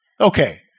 Okay